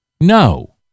no